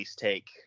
take